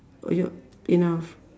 oh you enough